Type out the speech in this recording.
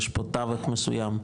יש פה טווח מסוים,